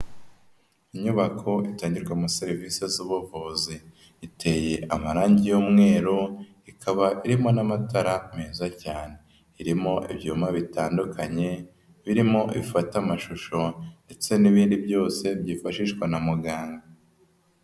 Inyubako itangirwamo serivisi z'ubuvuzi, iteye amarangi y'umweru, ikaba irimo n'amatara meza cyane, irimo ibyuma bitandukanye birimo ibifata amashusho ndetse n'ibindi byose byifashishwa na muganga.